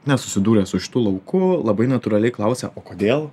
nesusidūrę su šitu lauku labai natūraliai klausia o kodėl